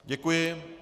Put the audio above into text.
Děkuji.